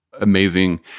amazing